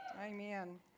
amen